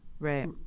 Right